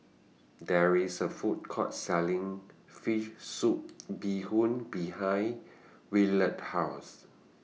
There IS A Food Court Selling Fish Soup Bee Hoon behind Willard's House